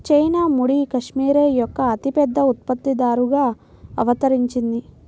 China ముడి cashmere యొక్క అతిపెద్ద ఉత్పత్తిదారుగా అవతరించింది